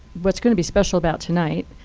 what's going to be special about tonight,